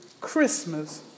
Christmas